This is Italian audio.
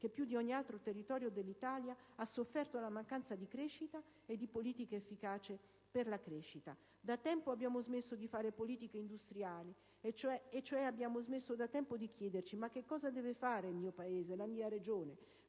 che più di ogni altro territorio dell'Italia ha sofferto la mancanza di crescita e di politiche efficaci per la crescita. Da tempo abbiamo smesso di fare politiche industriali. E cioè abbiamo smesso da tempo di chiederci: cosa deve fare il mio Paese, la mia Regione?